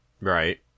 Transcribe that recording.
Right